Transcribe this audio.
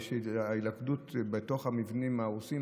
ההילכדות בתוך המבנים ההרוסים,